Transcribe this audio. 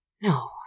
No